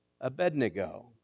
Abednego